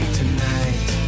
tonight